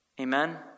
amen